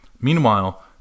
Meanwhile